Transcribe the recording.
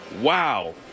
wow